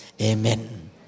Amen